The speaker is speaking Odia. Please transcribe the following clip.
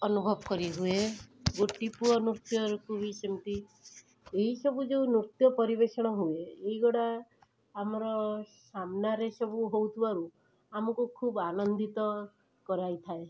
ଅନୁଭବ କରିହୁଏ ଗୋଟିପୁଅ ନୃତ୍ୟକୁ ବି ସେମିତି ଏଇସବୁ ଯେଉଁ ନୃତ୍ୟ ପରିବେଷଣ ହୁଏ ଏଇଗୁଡ଼ା ଆମର ସାମ୍ନାରେ ସବୁ ହେଉଥିବାରୁ ଆମକୁ ଖୁବ୍ ଆନନ୍ଦିତ କରାଇଥାଏ